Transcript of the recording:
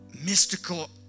mystical